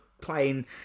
playing